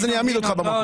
אז אני אעמיד אותך במקום.